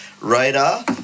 radar